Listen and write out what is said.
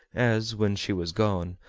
as, when she was gone,